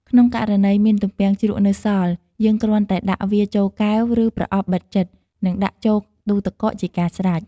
ក្នុងករណី មានទំពាំងជ្រក់នៅសល់ យើងគ្រាន់តែដាក់វាចូលកែវ ឬប្រអប់បិទជិត និងដាក់ចូលទូទឹកកកជាការស្រេច។